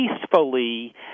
peacefully